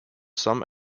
some